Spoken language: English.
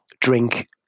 drink